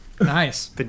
Nice